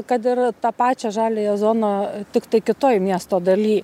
kad ir tą pačią žaliąją zoną tiktai kitoj miesto daly